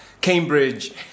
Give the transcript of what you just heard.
Cambridge